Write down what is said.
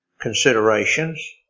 considerations